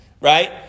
right